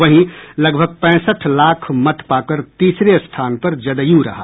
वहीं लगभग पैंसठ लाख मत पाकर तीसरे स्थान पर जदयू रहा